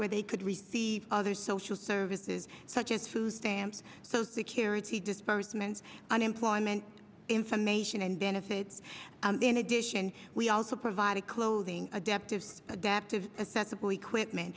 where they could receive other social services such as food stamps so security disbursements unemployment information and benefits in addition we also provided clothing adapted adapted sensibly qui